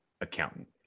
accountant